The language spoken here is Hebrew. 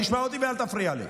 תשמע אותי ואל תפריע לי.